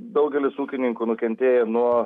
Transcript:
daugelis ūkininkų nukentėjo nuo